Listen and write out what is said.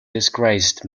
disgraced